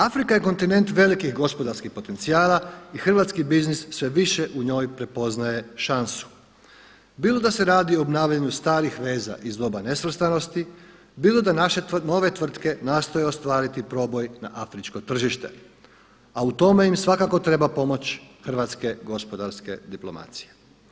Afrika je kontinent velikih gospodarskih potencijala i hrvatski biznis sve više u njoj prepoznaje šansu bilo da se radi o obnavljanju starih veza iz doba nesvrstanosti, bilo da naše nove tvrtke nastoje ostvariti proboj na afričko tržište, a u tome im svakako treba pomoć hrvatske gospodarske diplomacije.